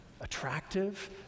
attractive